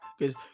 Cause